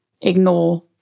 ignore